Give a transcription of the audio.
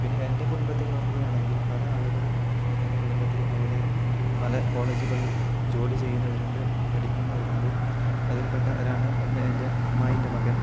പിന്നെ എൻ്റെ കുടുംബത്തിൽ നോക്കുകയാണെങ്കിൽ പല ആളുകൾ എൻ്റെ കുടുംബത്തിൽ അവിടെ പല കോളേജുകളിൽ ജോലി ചെയ്യുന്നവരുണ്ട് പഠിക്കുന്നവരുണ്ട് അതിൽ പെട്ടവരാണ് ഒന്ന് എൻ്റെ അമ്മായിൻ്റെ മകൻ